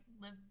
live